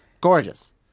Gorgeous